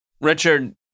Richard